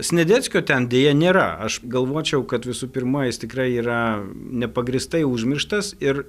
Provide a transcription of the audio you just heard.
sniadeckio ten deja nėra aš galvočiau kad visų pirma jis tikrai yra nepagrįstai užmirštas ir